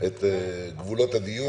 את גבולות הדיון,